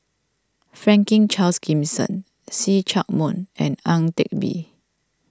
Franklin Charles Gimson See Chak Mun and Ang Teck Bee